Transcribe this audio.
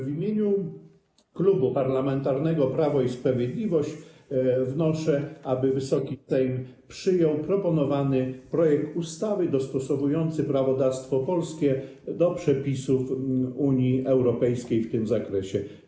W imieniu Klubu Parlamentarnego Prawo i Sprawiedliwość wnoszę, aby Wysoki Sejm przyjął proponowany projekt ustawy, dostosowujący prawodawstwo polskie do przepisów Unii Europejskiej w tym zakresie.